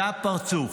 זה הפרצוף.